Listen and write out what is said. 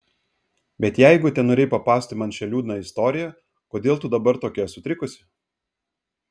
bet jeigu tenorėjai papasakoti man šią liūdną istoriją kodėl tu dabar tokia sutrikusi